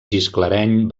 gisclareny